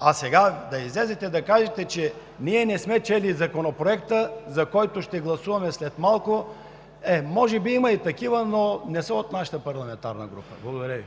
А сега да излезете и да кажете, че ние не сме чели Законопроекта, за който ще гласуваме след малко?! Е, може би има и такива, но не са от нашата парламентарна група. Благодаря Ви.